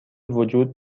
وجود